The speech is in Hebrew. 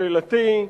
שאלתי: